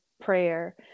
prayer